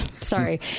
sorry